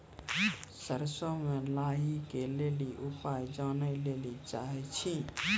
सरसों मे लाही के ली उपाय जाने लैली चाहे छी?